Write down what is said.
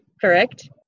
correct